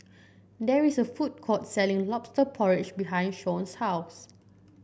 there is a food court selling lobster porridge behind Shon's house